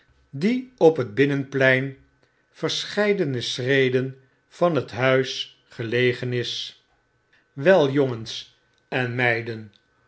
die op het binnenplein verscheidene schreden van het huis gelegen is wei jongens en meiden